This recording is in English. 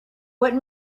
what